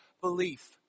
belief